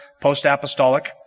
post-apostolic